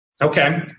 Okay